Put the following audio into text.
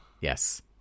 yes